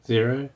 Zero